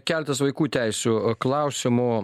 keletas vaikų teisių klausimų